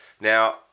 Now